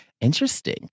Interesting